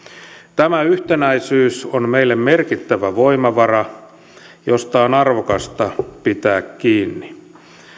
tämä yhtenäisyys on meille merkittävä voimavara josta on arvokasta pitää kiinni